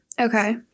Okay